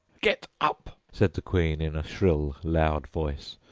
get up said the queen, in a shrill, loud voice,